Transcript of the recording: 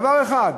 דבר אחד: